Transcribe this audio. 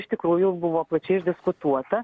iš tikrųjų buvo plačiai išdiskutuota